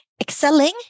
excelling